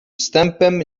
wstępem